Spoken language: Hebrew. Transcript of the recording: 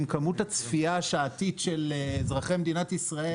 עם כמות הצפייה השעתית של אזרחי מדינת ישראל